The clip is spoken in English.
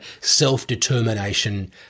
self-determination